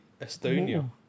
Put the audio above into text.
Estonia